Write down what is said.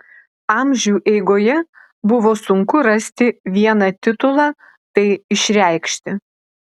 amžių eigoje buvo sunku rasti vieną titulą tai išreikšti